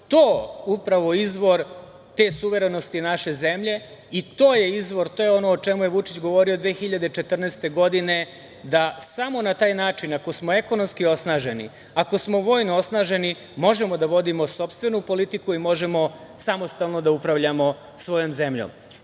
to upravo izvor te suverenosti naše zemlje i to je izvor, to je ono o čemu je Vučić govorio 2014. godine, da samo na taj način, ako smo ekonomski osnaženi, ako smo vojno osnaženi, možemo da vodimo sopstvenu politiku i možemo samostalno da upravljamo svojom zemljom. Želim